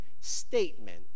statement